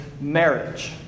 marriage